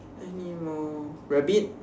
anymore rabbit